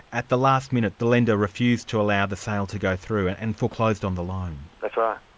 at the last minute the lender refused to allow the sale to go through, and and foreclosed on the loan? that's ah